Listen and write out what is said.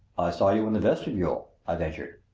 saw you in the vestibule, i ventured.